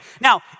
Now